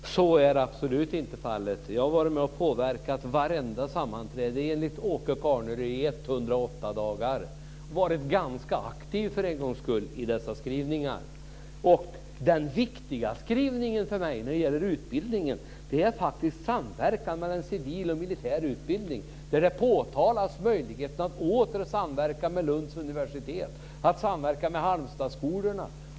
Fru talman! Så är absolut inte fallet. Jag har varit med och påverkat vid varenda sammanträde, enligt Åke Carnerö i 108 dagar, och varit ganska aktiv för en gångs skull i dessa skrivningar. Den viktiga skrivningen för mig när det gäller utbildningen är faktiskt den om samverkan mellan en civil och militär utbildning. Där påtalas möjligheten att åter samverka med Lunds universitet och att samverka med Halmstadsskolorna.